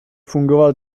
fungoval